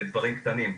בדברים קטנים.